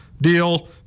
deal